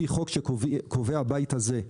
הרגולטור לא נרדם אלא הוא עובד לפי חוק שקובע הבית הזה.